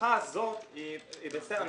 ההערכה הזאת היא בסדר,